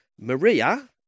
maria